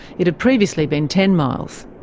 it had previously been ten miles.